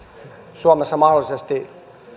suomessa mahdollisesti